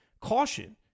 Caution